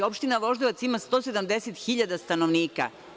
Opština Voždovac ima 170.000 stanovnika.